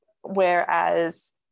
whereas